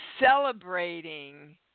celebrating